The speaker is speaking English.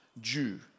Jew